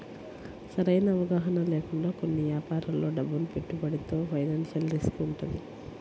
సరైన అవగాహన లేకుండా కొన్ని యాపారాల్లో డబ్బును పెట్టుబడితో ఫైనాన్షియల్ రిస్క్ వుంటది